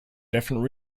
different